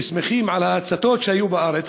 ושמחים על ההצתות שהיו בארץ,